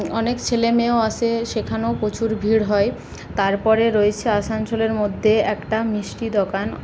অনেক ছেলেমেয়েও আসে সেখানেও প্রচুর ভিড় হয় তারপরে রয়েছে আসানসোলের মধ্যে একটা মিষ্টির দোকান